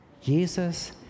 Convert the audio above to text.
Jesus